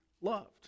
loved